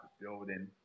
building